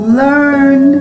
learn